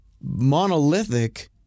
monolithic